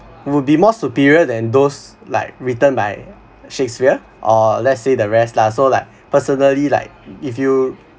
will be more superior than those like written by shakespeare or let's say the rest lah so like personally like if you